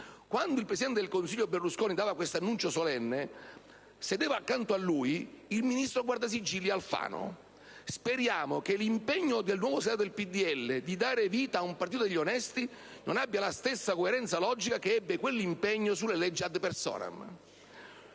Quando il presidente del Consiglio Berlusconi dava questo annuncio solenne, sedeva accanto a lui il ministro guardasigilli Alfano: speriamo che l'impegno del nuovo segretario del Popolo della Libertà di dare vita ad un partito di onesti non abbia la stessa coerenza logica che ebbe quell'impegno sulle leggi *ad personam.*